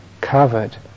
covered